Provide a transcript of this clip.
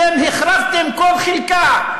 אתם החרבתם כל חלקה.